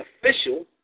official